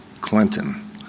Clinton